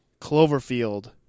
Cloverfield